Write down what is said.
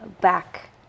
back